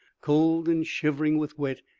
cold and shivering with wet,